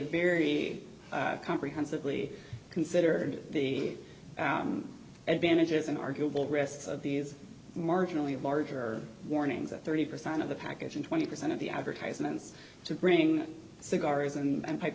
very comprehensively considered the advantages and arguable rest of these marginally larger warnings that thirty percent of the package and twenty percent of the advertisements to bring cigars and pipe